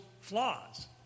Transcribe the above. flaws